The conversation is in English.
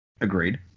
Agreed